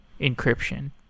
encryption